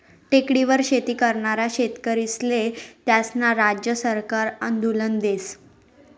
टेकडीवर शेती करनारा शेतकरीस्ले त्यास्नं राज्य सरकार अनुदान देस